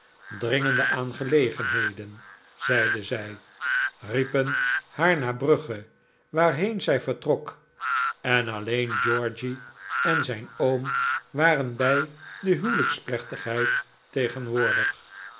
dringende aangelegenheden zeide zij riepen haar naar brugge waarheen zij vertrok en alleen georgy en zijn oom waren bij de huwelijksplechtigheid tegenwoordig